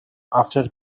after